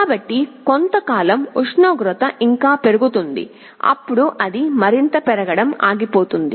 కాబట్టి కొంతకాలం ఉష్ణోగ్రత ఇంకా పెరుగుతుంది అప్పుడు అది మరింత పెరగడం ఆగిపోతుంది